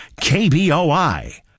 KBOI